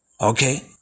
Okay